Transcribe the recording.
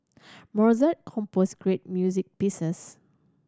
Mozart composed great music pieces